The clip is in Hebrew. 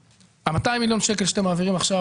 200 מיליון שקל שאתם מעבירים עכשיו